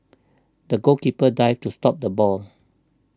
the goalkeeper dived to stop the ball